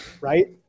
Right